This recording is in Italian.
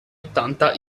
ottanta